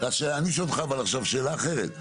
אני שואל אותך עכשיו שאלה אחרת.